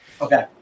Okay